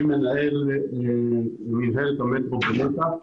אני מנהל את מינהלת המטרו בנת"ע.